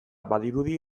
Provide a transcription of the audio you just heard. badirudi